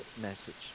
message